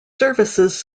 services